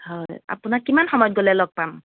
হয় আপোনাক কিমান সময়ত গ'লে লগ পাম